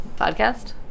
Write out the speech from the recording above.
podcast